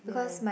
ya